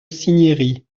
cinieri